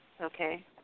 Okay